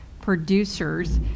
producers